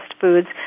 foods